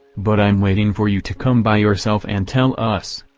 but i'm waiting for you to come by yourself and tell us.